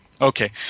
Okay